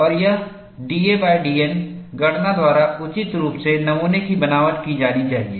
और यह dadN गणना द्वारा उचित रूप से नमूने की बनावट की जानी चाहिए